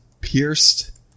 Pierced